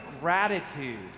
gratitude